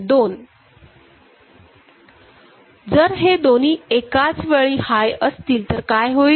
जर हे दोन्ही एकाच वेळी हाय असतील तर काय होईल